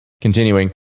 Continuing